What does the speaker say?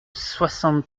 soixante